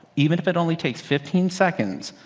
even if it only takes fifteen seconds,